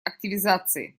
активизации